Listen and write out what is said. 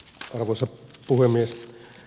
arvoisa puhemies